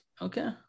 Okay